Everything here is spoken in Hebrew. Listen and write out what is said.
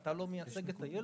אתה לא מייצג את הילד,